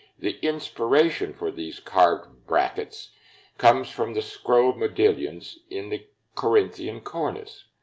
the inspiration for these carved brackets comes from the scrolled modillions in the corinthian cornice.